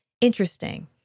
interesting